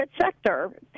sector